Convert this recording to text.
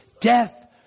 Death